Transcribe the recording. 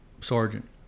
sergeant